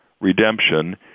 redemption